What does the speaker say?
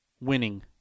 winning